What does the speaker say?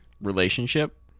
relationship